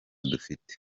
dufite